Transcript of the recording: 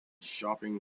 shopping